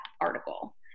article